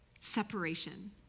separation